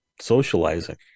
socializing